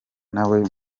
nawe